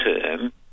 term